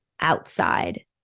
outside